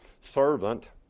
servant